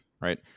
right